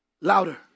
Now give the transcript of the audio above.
Louder